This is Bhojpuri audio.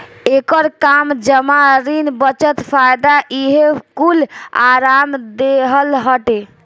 एकर काम जमा, ऋण, बचत, फायदा इहे कूल आराम देहल हटे